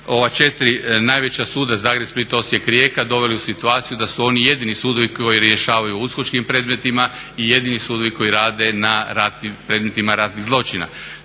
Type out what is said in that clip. ova četiri najveća suda Zagreb, Split, Osijek, Rijeka doveli u situaciju da su oni jedini sudovi koji rješavaju o uskočkim predmetima i jedini sudovi koji rade na ratnim, predmetima ratnih zločina.